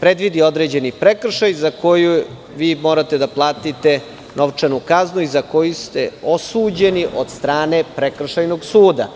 predvidi određeni prekršaj za koji vi morate da platite novčanu kaznu i za koji ste osuđeni od strane prekršajnog suda.